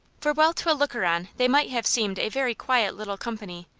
for while to a looker-on they might have seemed a very quiet little company,